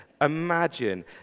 imagine